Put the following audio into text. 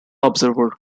observer